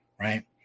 Right